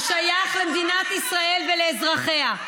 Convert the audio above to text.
הוא שייך למדינת ישראל ולאזרחיה.